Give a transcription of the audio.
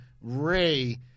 Ray